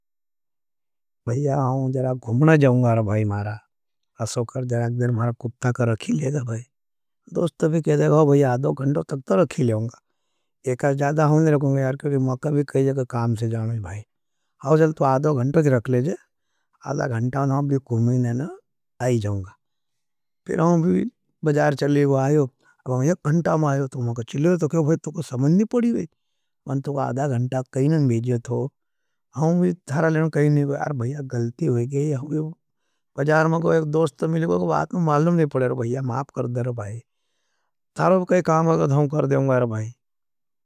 भाईया, आओं देरा घुमना जाओंगार भाई मारा असोकर देरा एक देर मारा कुप्ता का रखी लेगा भाई दोस्त भी कहते हो। भाईया, आदा गंटों तक तो रखी लेओंगा एक आदा जादा होने रखूंगा। यार क्योंकि मैं कभी कई जग काम से जाओंगा भाई आओं जल तो आदा गंटों की रख लेज। आदा गंटा ना भी घुमने न आई जाओंगा पिर हम भी बजार चलेगा आयो। अब हम एक घंटा में आयो, तो मैं कहा, चलेगा तो क्यों भाई, तोको समननी पड़ी भाई मैं तो आदा गंटा कही नहीं बेजे थो, हम भी थारा लेने कही नहीं गए। अर भाईया, गलती हो गए, हम भी बजार में कोई दोस्त मिलेगा, कोई बात में मालुम नहीं पड़ेर भाईया, माप कर देर भाई, थारा भी कई काम होगा था, हम कर देंगा।